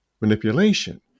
manipulation